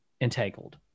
entangled